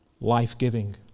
Life-giving